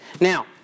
Now